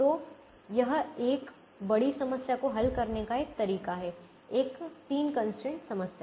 तो यह एक बड़ी समस्या को हल करने का एक तरीका है एक 3 कंस्ट्रेंट समस्या